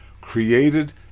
created